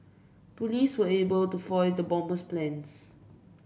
police were able to foil the bomber's plans